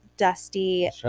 Dusty